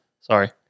Sorry